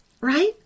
right